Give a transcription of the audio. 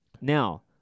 Now